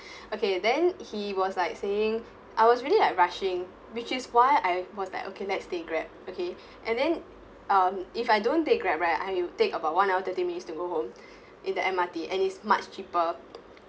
okay then he was like saying I was really like rushing which is why I was like okay let's take grab okay and then um if I don't take grab right I it'll take about one hour thirty minutes to go home in the M_R_T and is much cheaper